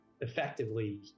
effectively